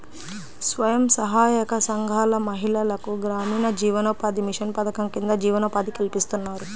స్వయం సహాయక సంఘాల మహిళలకు గ్రామీణ జీవనోపాధి మిషన్ పథకం కింద జీవనోపాధి కల్పిస్తున్నారు